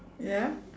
ya